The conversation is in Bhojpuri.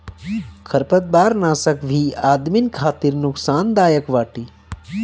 खरपतवारनाशक भी आदमिन खातिर नुकसानदायक बाटे